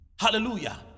Hallelujah